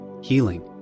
healing